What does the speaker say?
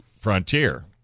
Frontier